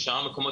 בשאר המקומות,